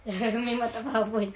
memang tak faham pun